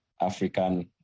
African